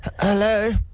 Hello